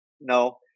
no